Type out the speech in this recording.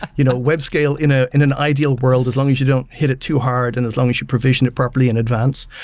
you know web scale in ah in ideal world, as long as you don't hit it too hard and as long as you provision it properly in advanced.